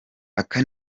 aka